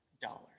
dollars